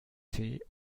tee